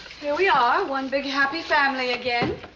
here we are. one big happy family again.